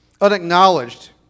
unacknowledged